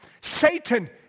Satan